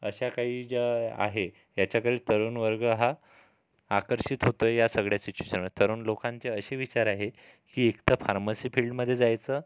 अशा काही ज्या आहे त्याच्याकडे तरुण वर्ग हा आकर्षित होतो आहे या सगळ्या सिचुएशनात तरुण लोकांचे असे विचार आहे की एकतर फार्मसी फील्डमधे जायचं